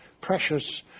precious